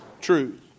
truth